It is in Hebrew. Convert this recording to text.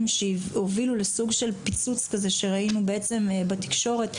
שהובילו לסוג של פיצוץ כזה שראינו בעצם בתקשורת,